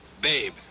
Babe